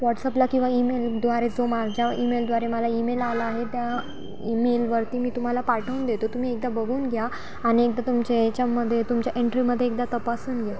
वॉट्सअपला किंवा ईमेलद्वारे जो माझ्या ईमेलद्वारे मला ईमेल आला आहे त्या ईमेलवरती मी तुम्हाला पाठवून देतो तुम्ही एकदा बघून घ्या आणि एकदा तुमच्या याच्यामध्ये तुमच्या एन्ट्रीमध्ये एकदा तपासून घ्या